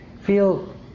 feel